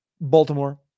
Baltimore